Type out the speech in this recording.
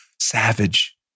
Savage